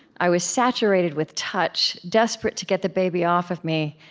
i was saturated with touch, desperate to get the baby off of me,